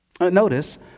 Notice